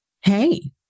Hey